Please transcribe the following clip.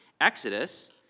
Exodus